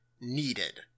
needed